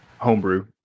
Homebrew